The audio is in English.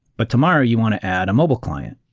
but tomorrow you want to add a mobile client,